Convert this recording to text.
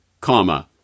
comma